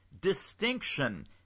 distinction